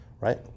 right